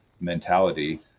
mentality